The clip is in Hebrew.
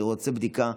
אני רוצה בדיקה,